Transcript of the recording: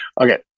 Okay